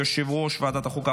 יושב-ראש ועדת החוקה,